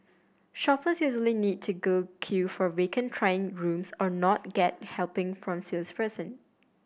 shoppers usually need to go queue for vacant trying rooms or not get helping from salesperson